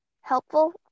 helpful